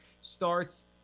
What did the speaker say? starts